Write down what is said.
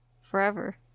Forever